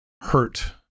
hurt